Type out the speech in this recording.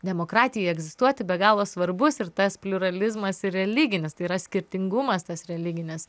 demokratijai egzistuoti be galo svarbus ir tas pliuralizmas ir religinis tai yra skirtingumas tas religinis